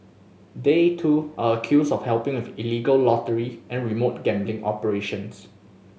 they too are accused of helping with illegal lottery and remote gambling operations